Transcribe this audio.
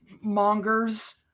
mongers